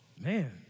man